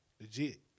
legit